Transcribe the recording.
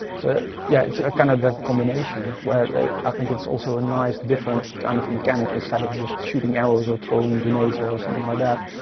so yeah, it's kind of that combination where i think it's also a nice different kind of mechanic instead of just shooting arrows or throwing grenades or something like that,